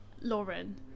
Lauren